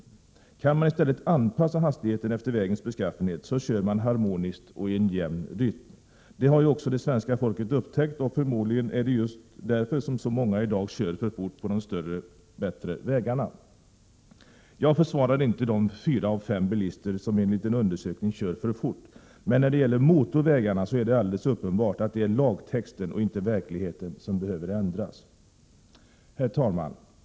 Kan man i stället anpassa hastigheten efter vägens beskaffenhet, kör man harmoniskt och i en jämn rytm. Det har ju också det svenska folket upptäckt, och förmodligen är det just därför som många i dag kör för fort på de större bättre vägarna. Jag försvarar inte de fyra av fem bilister som enligt en undersökning kör för fort, men när det gäller motorvägarna är det alldeles uppenbart att det är lagtexten och inte verkligheten som behöver ändras. Herr talman!